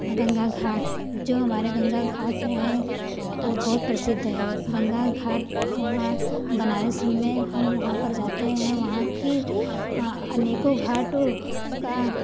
गंगा घाट जो हमारे गंगा घाट हैं वे बहुत प्रसिद्द है गंगा घाट वहाँ बनारस में हम यहाँ पर जाते हैं वहाँ की अनेकों घाटों का